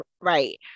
right